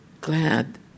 glad